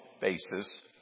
basis